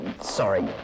sorry